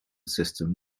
system